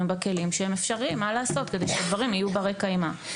בכלים שהם אפשריים כדי שהדברים יהיו ברי קיימא.